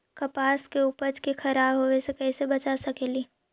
कपास के उपज के खराब होने से कैसे बचा सकेली?